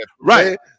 Right